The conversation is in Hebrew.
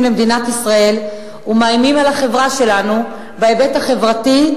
למדינת ישראל ומאיימים על החברה שלנו בהיבט החברתי,